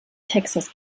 texas